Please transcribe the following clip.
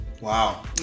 Wow